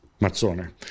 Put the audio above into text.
Mazzone